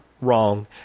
wrong